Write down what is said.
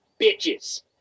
bitches